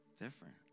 different